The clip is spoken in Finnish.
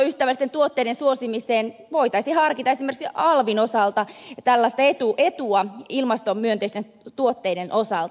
ilmastoystävällisten tuotteiden suosimiseksi voitaisiin harkita esimerkiksi alvin osalta tällaista etua ilmastomyönteistä tuotteiden osalta